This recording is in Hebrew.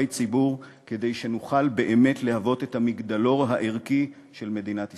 ציבור כדי שנוכל באמת להוות את המגדלור הערכי של מדינת ישראל.